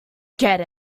get